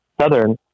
southern